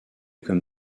comme